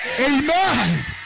Amen